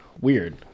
Weird